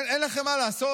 אין לכם מה לעשות?